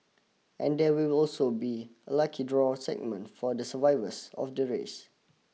and there will also be a lucky draw segment for the survivors of the race